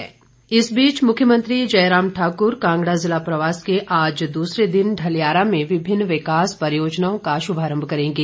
मुख्यमंत्री इस बीच मुख्यमंत्री जय राम ठाकुर कांगड़ा जिला प्रवास के आज दूसरे दिन ढलियारा में विभिन्न विकास परियोजनाओं का शुभारंभ करेंगे